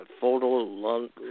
photo